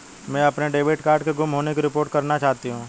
मैं अपने debit card के गुम होने की रिपोर्ट करना चाहती हूँ